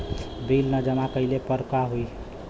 Bill न जमा कइले पर का होई?